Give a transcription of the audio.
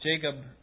Jacob